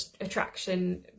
attraction